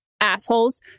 assholes